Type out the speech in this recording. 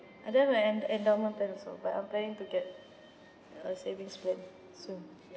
I don't have an endowment plan also but I'm planning to get a savings plan soon ya